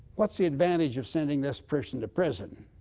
what's the advantage of sending this person to prison.